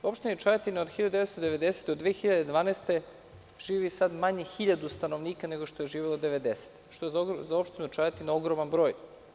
U Opštini Čajetina od 1990. do 2012. godine živi sad manje hiljadu stanovnika nego što je živelo devedesetih, što je za Opštinu Čajetina ogroman broj.